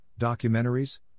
documentaries